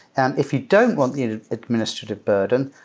and if you don't want the administrative burden,